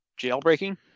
Jailbreaking